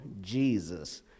Jesus